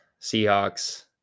Seahawks